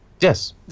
Yes